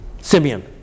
Simeon